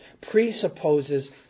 presupposes